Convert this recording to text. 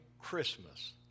Christmas